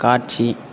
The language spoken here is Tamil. காட்சி